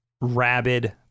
rabid